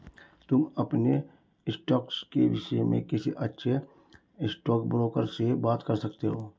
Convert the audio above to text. तुम अपने स्टॉक्स के विष्य में किसी अच्छे स्टॉकब्रोकर से बात कर सकते हो